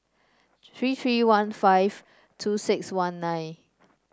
three three one five two six one nine